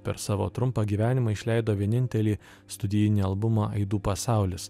per savo trumpą gyvenimą išleido vienintelį studijinį albumą aidų pasaulis